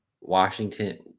Washington